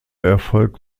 erfolg